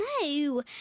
No